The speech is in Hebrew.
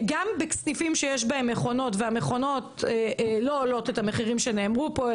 גם בסניפים שיש בהם מכונות והמכונות לא עולות את המחירים שנאמרו פה,